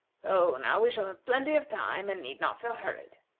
so now we shall have plenty of time, and need not feel hurried.